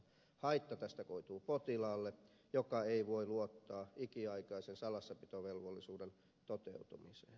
haitta tästä koituu potilaalle joka ei voi luottaa ikiaikaisen salassapitovelvollisuuden toteutumiseen